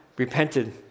repented